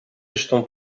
estão